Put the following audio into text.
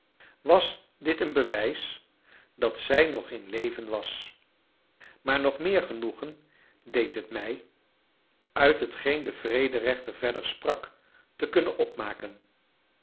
was dit een bewijs dat zij nog in leven was maar nog meer genoegen deed het mij uit hetgeen de vrederechter verder sprak te kunnen opmaken